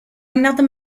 another